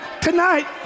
tonight